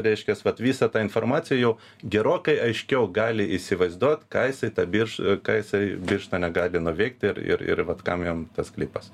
reiškias vat visą tą informaciją jau gerokai aiškiau gali įsivaizduot ką jisai tą birš ką jisai birštone gali nuveikti ir ir ir vat kam jam tas sklypas